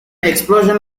explosion